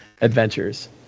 adventures